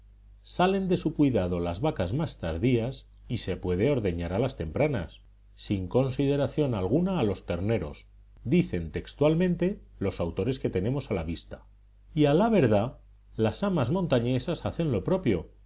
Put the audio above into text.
salen de su cuidado las vacas más tardías y se puede ordeñar a las tempranas sin consideración alguna a los terneros dicentextualmente los autores que tenemos a la vista y a la verdad las amas montañesas hacen lo propio